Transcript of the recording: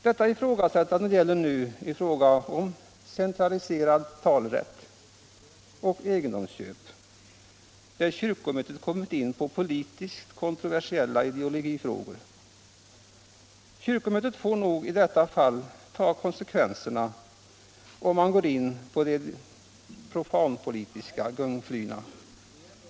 Detta ifrågasättande gäller nu beträffande centraliserad talerätt och egendomsköp, där kyrkomötet har kommit in på politiskt kontroversiella ideologiska frågor. Kyrkomötet får nog i detta fall ta konsekvenserna, om man går ut på de profanpolitiska gungflyna.